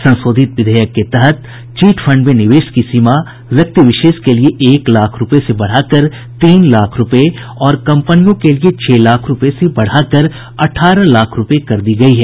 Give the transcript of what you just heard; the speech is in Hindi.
संशोधित विधेयक के तहत चिट फंड में निवेश की सीमा व्यक्ति विशेष के लिए एक लाख रुपये से बढ़ाकर तीन लाख रुपये और कंपनियों के लिए छह लाख रुपये से बढ़ाकर अठारह लाख रुपये कर दी गई है